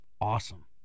awesome